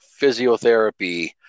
physiotherapy